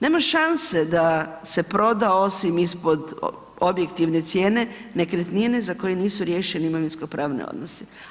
Nema šanse da se proda osim ispod objektivne cijene nekretnine za koju nisu riješeni imovinsko pravni odnosi.